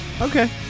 Okay